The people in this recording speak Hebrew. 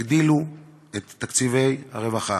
הגדילו את תקציבי הרווחה,